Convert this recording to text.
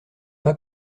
pas